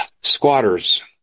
squatters